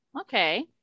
okay